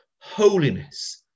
holiness